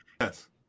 Yes